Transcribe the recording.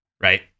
right